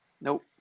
Nope